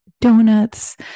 donuts